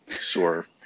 Sure